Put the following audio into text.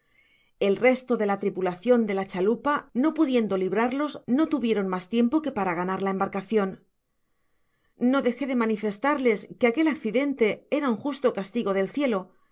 el resto de la tripulacion de la chalupa no pudiendo librarlos no tuvieron mas tiempo que para ganar la embarcacion no dejé de manifestarles que aquel accidente era aa justo castigo dej cielo